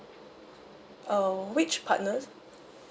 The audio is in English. uh which partners